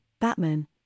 Batman